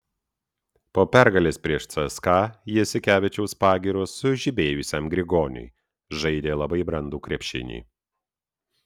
po pergalės prieš cska jasikevičiaus pagyros sužibėjusiam grigoniui žaidė labai brandų krepšinį